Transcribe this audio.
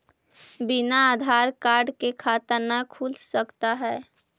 बिना आधार कार्ड के खाता न खुल सकता है?